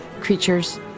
creatures